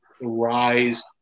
rise